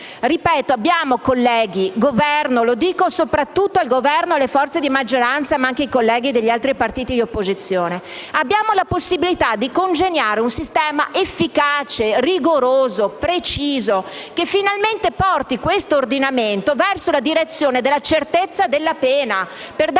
direzione. Colleghi, lo dico soprattutto al Governo e alle forze di maggioranza, ma anche ai colleghi degli altri partiti di opposizione: abbiamo la possibilità di congegnare un sistema efficace, rigoroso e preciso che finalmente porti questo ordinamento verso la direzione della certezza della pena per dare una